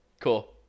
Cool